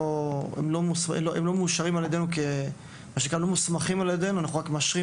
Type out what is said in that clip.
ולא מוסמכים על ידינו; אנחנו רק מאשרים